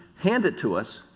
hand it to us,